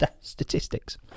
statistics